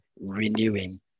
renewing